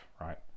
right